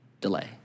delay